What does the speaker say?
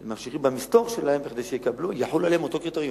הם ממשיכים במסתור שלהם כדי שיחולו עליהם אותם קריטריונים.